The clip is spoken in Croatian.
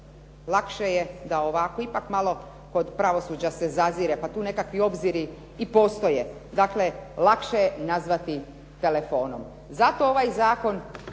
Lakše je da ovako ipak malo kod pravosuđa se zazire pa tu nekakvi obziri i postoje. Dakle, lakše je nazvati telefonom. Zato ovaj zakon